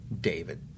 David